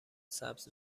سبز